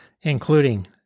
including